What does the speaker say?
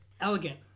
elegant